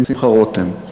שמחה רותם.